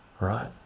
right